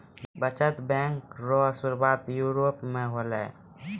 बचत बैंक रो सुरुआत यूरोप मे होलै